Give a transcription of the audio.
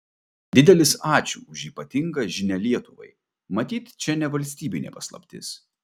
didelis ačiū už ypatingą žinią lietuvai matyt čia ne valstybinė paslaptis